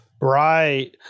Right